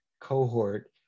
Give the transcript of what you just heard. cohort